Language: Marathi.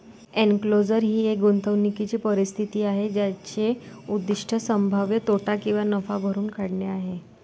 एन्क्लोजर ही एक गुंतवणूकीची परिस्थिती आहे ज्याचे उद्दीष्ट संभाव्य तोटा किंवा नफा भरून काढणे आहे